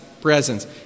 presence